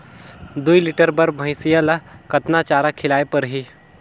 दुई लीटर बार भइंसिया ला कतना चारा खिलाय परही?